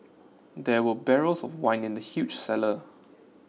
there were barrels of wine in the huge cellar